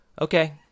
okay